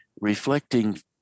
reflecting